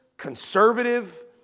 conservative